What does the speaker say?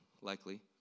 likely